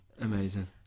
amazing